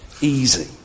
easy